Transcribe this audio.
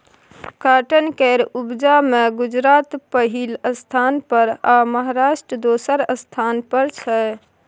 cotton केर उपजा मे गुजरात पहिल स्थान पर आ महाराष्ट्र दोसर स्थान पर छै